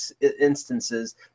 instances